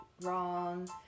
wrong